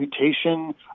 mutation